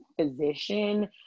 physician